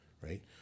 Right